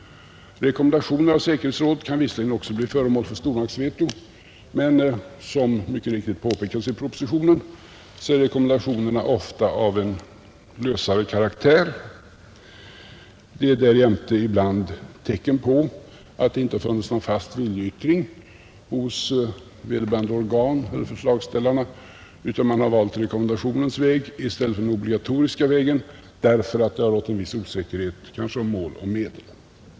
Rekommendationer av säkerhetsrådet kan visserligen också bli föremål för stormaktsveto, men som mycket riktigt också påpekats i propositionen är rekommendationerna ofta av en lösare karaktär. De är därjämte ibland tecken på att det inte funnits någon fast viljeyttring hos vederbörande organ eller hos förslagsställarna, utan man har valt rekommendationens väg i stället för den obligatoriska vägen därför att det kanske har rått en viss osäkerhet om mål och medel.